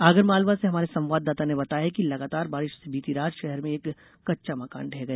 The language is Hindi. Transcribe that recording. आगर मालवा से हमारे संवाददाता ने बताया है कि लगातार बारिश से बीती रात शहर में एक कच्चा मकान ढह गया